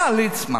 בא ליצמן